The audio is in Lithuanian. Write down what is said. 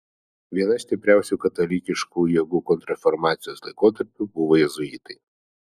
viena stipriausių katalikiškų jėgų kontrreformacijos laikotarpiu buvo jėzuitai